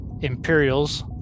Imperials